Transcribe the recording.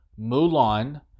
Mulan